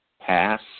pass